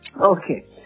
Okay